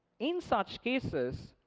in such cases,